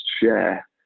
share